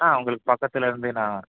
ஆ உங்களுக்கு பக்கத்திலிருந்து நான்